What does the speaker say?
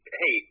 hey